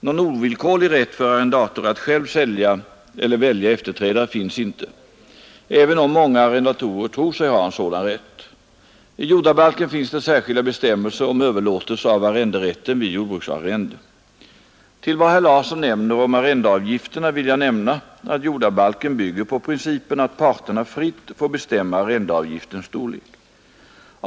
Någon ovillkorlig rätt för arrendator att själv välja efterträdare finns inte, även om många arrendatorer tror sig ha en sådan rätt. I jordabalken finns det särskilda bestämmelser om överlåtelse av arrenderätten vid jordbruksarrende. Till vad herr Larsson nämner om arrendeavgifterna vill jag nämna att jordabalken bygger på principen att parterna fritt får bestämma arrendeavgiftens storlek liksom övriga villkor.